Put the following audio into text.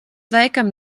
laikam